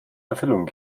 erfüllung